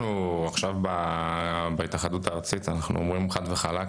אנחנו עכשיו בהתאחדות הארצית אומרים חד וחלק,